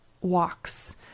walks